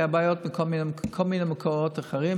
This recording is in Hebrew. היו בעיות מכל מיני מקורות אחרים